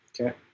Okay